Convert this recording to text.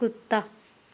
ਕੁੱਤਾ